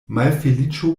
malfeliĉo